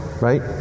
right